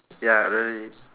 ya really